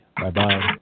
Bye-bye